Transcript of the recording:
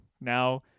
now